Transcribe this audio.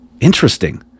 interesting